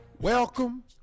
Welcome